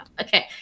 Okay